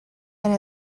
and